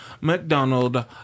McDonald